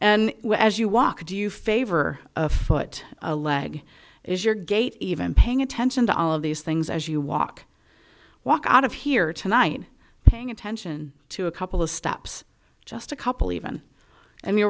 and as you walk do you favor a foot a leg is your gait even paying attention to all of these things as you walk walk out of here tonight paying attention to a couple of steps just a couple even and you